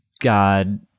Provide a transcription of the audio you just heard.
God